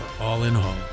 all-in-all